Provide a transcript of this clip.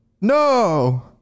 No